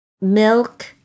Milk